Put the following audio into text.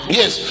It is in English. yes